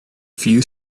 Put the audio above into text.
few